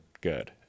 good